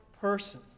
person